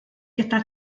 gyda